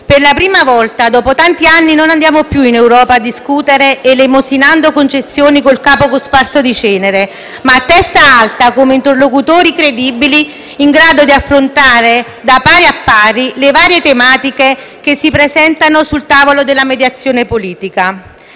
Per la prima volta dopo tanti anni non andiamo più in Europa a discutere, elemosinando concessioni con il capo cosparso di cenere, ma a testa alta come interlocutori credibili in grado di affrontare da pari a pari le varie tematiche che si presentano sul tavolo della mediazione politica